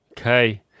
Okay